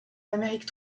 amérique